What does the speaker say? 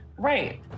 Right